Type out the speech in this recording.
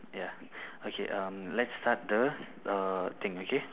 ya okay um let's start the uh thing okay